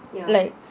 like